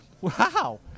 wow